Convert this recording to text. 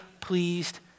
pleased